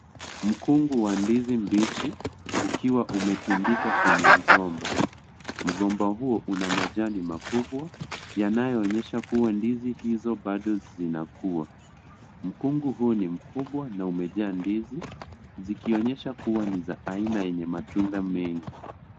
Mkungu wa ndizi mbichi, ukiwa umetundika kwenye mgomba. Mgomba huo una majani makubwa yanayoonyesha kuwa ndizi hizo bado zinakuwa. Mkungu huu ni mkubwa na umejaa ndizi. Zikionyesha kuwa ni za aina yenye matunda mengi.